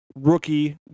Rookie